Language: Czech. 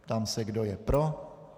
Ptám se, kdo je pro.